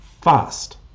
fast